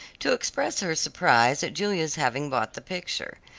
to express her surprise at julia's having bought the picture.